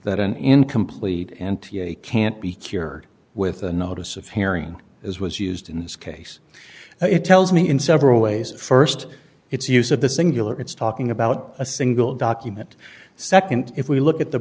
that an incomplete n t a can't be cured with a notice of hearing as was used in this case it tells me in several ways st it's use of the singular it's talking about a single document nd if we look at the